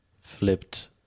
flipped